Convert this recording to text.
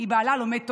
כי בעלה לומד תורה.